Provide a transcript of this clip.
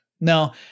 Now